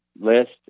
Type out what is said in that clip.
list